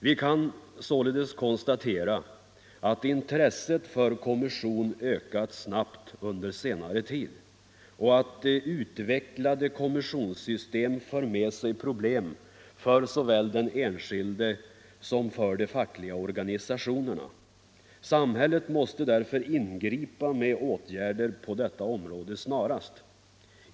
Vi kan således konstatera att intresset för kommission ökat snabbt under senare tid och att utvecklade kommissionssystem för med sig problem såväl för den enskilde som för de fackliga organisationerna. Samhället måste därför snarast ingripa med åtgärder på detta område.